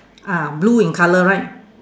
ah blue in colour right